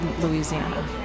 Louisiana